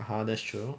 (uh huh) that's true